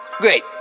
Great